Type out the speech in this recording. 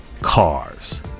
cars